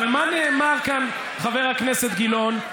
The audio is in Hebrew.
אבל מה נאמר כאן, חבר הכנסת גילאון?